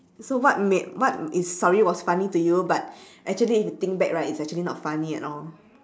so what ma~ what is story was funny to you but actually if you think back right it is actually not funny at all